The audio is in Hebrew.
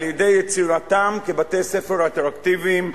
על-ידי יצירתם לבתי-ספר אטרקטיביים,